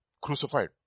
Crucified